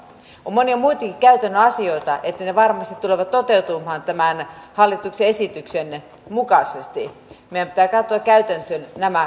on monia muitakin käytännön asioita ja jotta ne varmasti tulevat toteutumaan tämän hallituksen esityksen mukaisesti meidän pitää katsoa käytäntöön nämä asiat